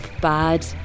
bad